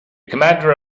commander